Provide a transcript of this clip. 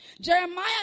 Jeremiah